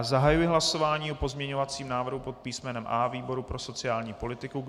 Zahajuji hlasování o pozměňovacím návrhu pod písmenem A výboru pro sociální politiku.